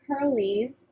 Curly